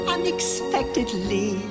Unexpectedly